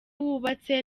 wubatse